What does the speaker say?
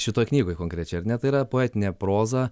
šitoj knygoj konkrečiai ar ne tai yra poetinė proza